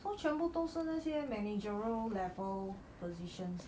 so 全部都是那些 managerial level positions